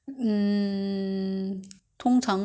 !huh! if you ya